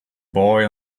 boy